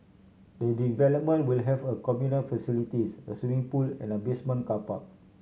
the development will have a communal facilities a swimming pool and a basement car park